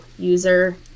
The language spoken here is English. user